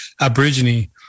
Aborigine